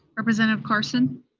representative carson?